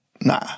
nah